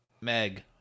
Meg